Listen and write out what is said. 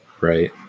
right